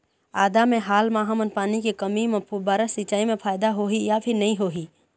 आदा मे हाल मा हमन पानी के कमी म फुब्बारा सिचाई मे फायदा होही या फिर नई होही?